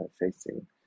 facing